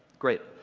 great.